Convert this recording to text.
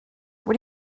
what